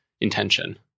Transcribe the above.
intention